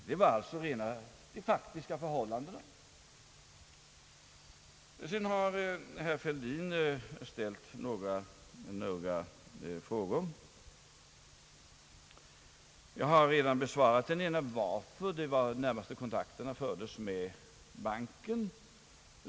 Det är de faktiska förhållandena. Herr Fälldin har ställt några frågor. Jag har redan besvarat den ena frågan, nämligen varför de närmaste kontakterna togs med banken.